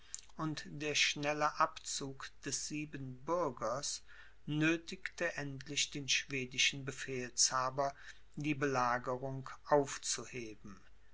und der schnelle abzug des siebenbürgers nöthigte endlich den schwedischen befehlshaber die belagerung aufzuheben